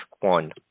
one